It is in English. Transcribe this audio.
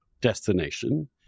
destination